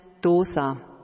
Dosa